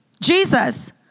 Jesus